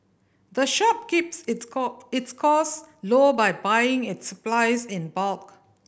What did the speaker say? the shop keeps its call its cost low by buying its supplies in bulk